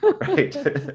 Right